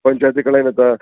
पंचायती कडल्यान येता